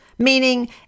meaning